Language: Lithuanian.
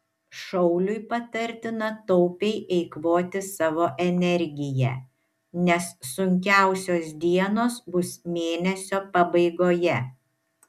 šauliui patartina taupiai eikvoti savo energiją nes sunkiausios dienos bus mėnesio pabaigoje